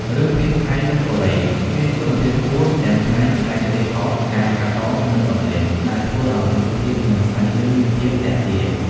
រឿងភាគថៃ និងកូរ៉េមានគុណភាពខ្ពស់ ទាំងផ្នែក បច្ចេកទេសថត ការកាត់ត និងសំឡេង ដែលធ្វើឲ្យរូបភាព និងសាច់រឿងមានភាពទាក់ទាញ។